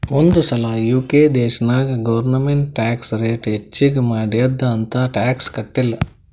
ಒಂದ್ ಸಲಾ ಯು.ಕೆ ದೇಶನಾಗ್ ಗೌರ್ಮೆಂಟ್ ಟ್ಯಾಕ್ಸ್ ರೇಟ್ ಹೆಚ್ಚಿಗ್ ಮಾಡ್ಯಾದ್ ಅಂತ್ ಟ್ಯಾಕ್ಸ ಕಟ್ಟಿಲ್ಲ